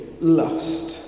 lust